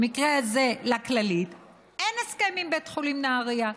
במקרה הזה, לכללית, אין הסכם עם בית חולים נהריה.